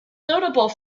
notable